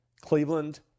Cleveland